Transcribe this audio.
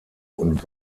und